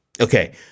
Okay